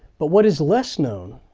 but what is less known,